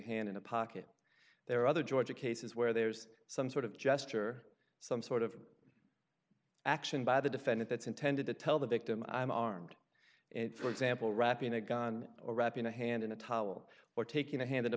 hand in a pocket there are other ga cases where there's some sort of gesture some sort of action by the defendant that's intended to tell the victim i'm armed and for example wrapping a gun or wrapping a hand in a towel or taking a hand in